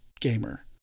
gamer